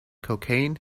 cocaine